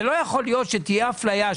זה לא יכול להיות שתהיה אפליה,